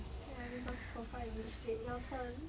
okay I've been talking for five minutes straight your turn